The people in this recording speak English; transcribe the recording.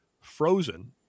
frozen